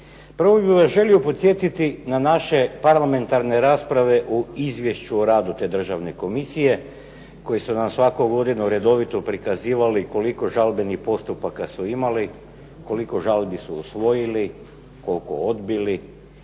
Prvo bih vas želio podsjetiti na naše parlamentarne rasprave u Izvješću o radu te Državne komisije koje su nam svako uredno redovito prikazivali koliko žalbenih postupaka su imali, koliko žalbi su usvojili, koliko odbili